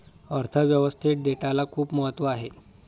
अर्थ व्यवस्थेत डेटाला खूप महत्त्व आहे